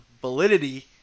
validity